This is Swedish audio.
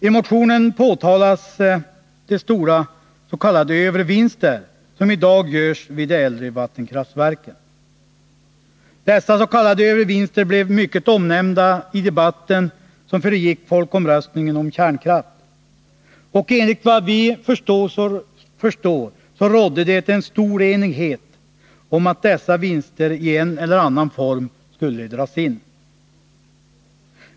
I motionen påtalas de stora s.k. övervinster som i dag görs vid de äldre vattenkraftverken. Dessa s.k. övervinster blev mycket omnämnda i debatten som föregick folkomröstningen om kärnkraft, och enligt vad vi förstår rådde det en stor enighet om att de i en eller annan form skulle dras in.